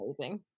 Amazing